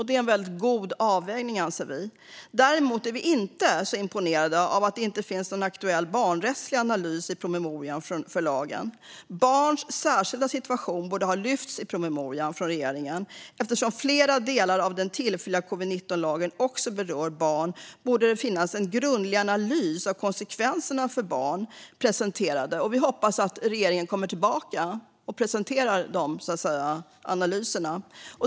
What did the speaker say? Det är en god avvägning, anser vi. Vi är däremot inte imponerade av att det inte finns någon aktuell barnrättslig analys i promemorian för lagen. Barns särskilda situation borde ha lyfts fram i promemorian från regeringen. Eftersom flera delar av den tillfälliga covid-19-lagen också berör barn borde det finnas en grundlig analys av konsekvenserna för barn. Vi hoppas att regeringen kommer tillbaka och presenterar de analyserna.